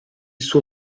suo